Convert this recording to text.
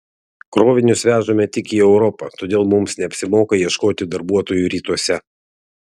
krovinius vežame tik į europą todėl mums neapsimoka ieškoti darbuotojų rytuose